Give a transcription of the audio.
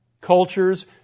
cultures